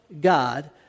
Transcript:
God